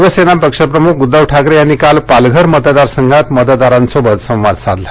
शिवसेना पक्षप्रमुख उद्धव ठाकरे यांनी काल पालघर मतदारसंघात मतदारांशी संवाद साधला